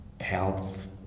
health